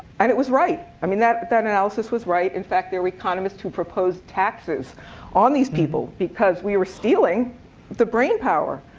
and it was right. i mean that but that analysis was right. in fact, there were economists who proposed taxes on these people because we were stealing the brain power.